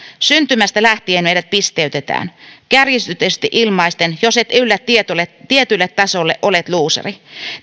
syntymästä lähtien meidät pisteytetään kärjistetysti ilmaisten jos et yllä tietylle tietylle tasolle olet luuseri